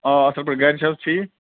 آ اَصٕل پٲٹھۍ گرِ چھِ حظ ٹھیٖک